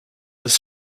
this